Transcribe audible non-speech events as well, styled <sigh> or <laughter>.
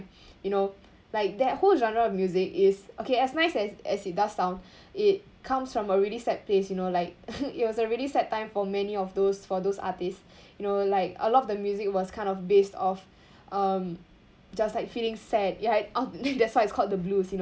you know like that whole genre of music is okay as nice as as it does sound it comes from a really sad place you know like <noise> it was a really sad time for many of those for those artists <breath> you know like a lot of the music was kind of based off um just like feeling sad ya that's why it's called the blues you know